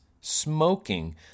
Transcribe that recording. smoking